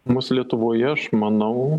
mus lietuvoje aš manau